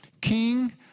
King